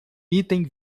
item